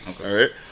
Okay